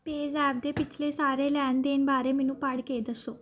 PayZapp ਦੇ ਪਿਛਲੇ ਸਾਰੇ ਲੈਣ ਦੇਣ ਬਾਰੇ ਮੈਨੂੰ ਪੜ੍ਹ ਕੇ ਦੱਸੋ